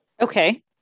Okay